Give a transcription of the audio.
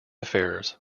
affairs